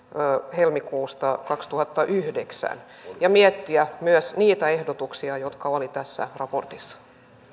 helmikuulta kaksituhattayhdeksän ja miettiä myös niitä ehdotuksia jotka olivat tässä raportissa